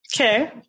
Okay